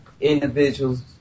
individuals